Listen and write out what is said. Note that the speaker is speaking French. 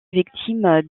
victime